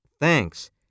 Thanks